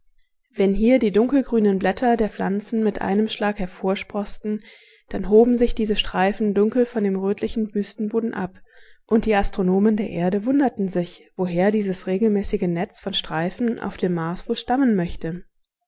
wenn hier die dunkelgrünen blätter der pflanzen mit einem schlag hervorsproßten dann hoben sich diese streifen dunkel von dem rötlichen wüstenboden ab und die astronomen der erde wunderten sich woher dieses regelmäßige netz von streifen auf dem mars wohl stammen möchte